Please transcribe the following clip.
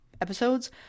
episodes